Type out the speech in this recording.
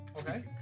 Okay